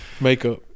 Makeup